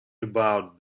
about